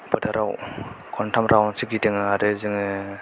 फोथाराव खनथाम राउन्ड सो गिदिङो आरो जोङो